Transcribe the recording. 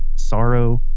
sorrow,